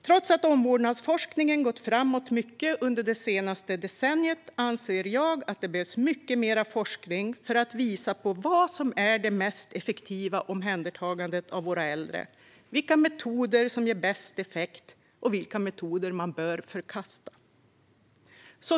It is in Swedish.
Trots att omvårdnadsforskningen gått framåt mycket under det senaste decenniet anser jag att det behövs mycket mer forskning för att visa på vad som är det mest effektiva omhändertagandet av våra äldre, vilka metoder som ger bäst effekt och vilka metoder som bör förkastas.